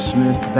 Smith